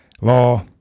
law